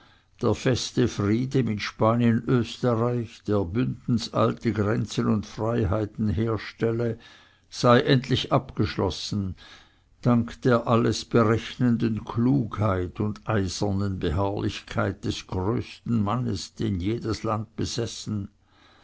der feste friede mit spanien österreich der bündens alte grenzen und freiheiten herstelle sei endlich abgeschlossen dank der alles berechnenden klugheit und eisernen beharrlichkeit des größten mannes den das land je besessen